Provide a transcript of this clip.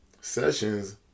sessions